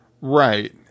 right